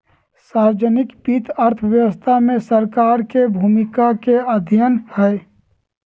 सार्वजनिक वित्त अर्थव्यवस्था में सरकार के भूमिका के अध्ययन हइ